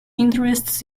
interests